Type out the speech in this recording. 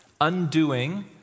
undoing